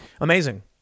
Amazing